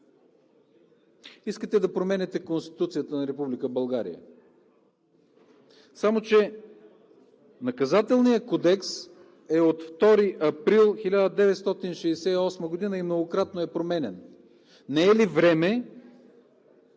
искате да променяте Конституцията на Република България, само че Наказателният кодекс е от 2 април 1968 г. и многократно е променян. Не е ли време